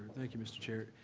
thank you, mr. chair.